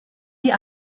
die